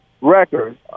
records